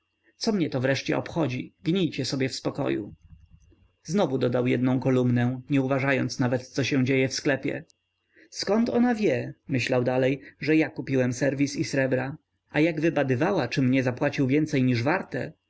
co mnie to wreszcie obchodzi gnijcie sobie w spokoju znowu dodał jednę kolumnę nie uważając nawet co się dzieje w sklepie zkąd ona wie myślał dalej że ja kupiłem serwis i srebra a jak wybadywała czym nie zapłacił więcej niż warte